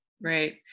Right